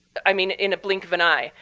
i mean, in a blink of an eye.